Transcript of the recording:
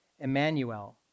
Emmanuel